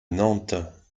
nantes